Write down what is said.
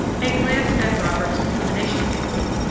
a glance at robert's elimination theory,